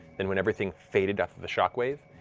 and when everything faded after the shock wave,